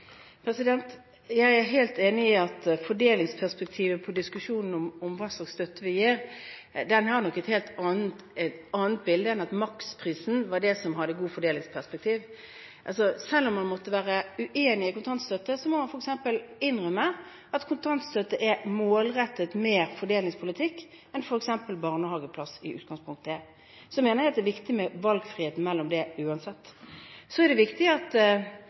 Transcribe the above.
Jeg er helt enig i at når det gjelder fordelingsperspektivet i diskusjonen om hva slags støtte vi gir, er nok bildet et helt annet enn at maksprisen var det som ga god fordeling. Selv om man måtte være uenig i kontantstøtte, må man f.eks. innrømme at kontantstøtte er mer målrettet fordelingspolitikk enn f.eks. barnehageplass i utgangspunktet er. Jeg mener at det er viktig med valgfrihet mellom dem uansett. Det er viktig at